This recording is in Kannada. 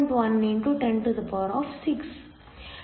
1 x 106